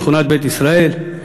שכונת בית-ישראל.